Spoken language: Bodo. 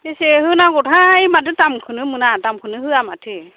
बेसे होनांगौथाय माथो दामखौनो मोना दामखौनो होया माथो